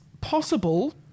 possible